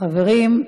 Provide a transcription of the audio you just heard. חברים,